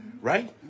right